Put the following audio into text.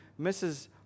Mrs